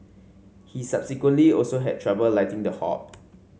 he subsequently also had trouble lighting the hob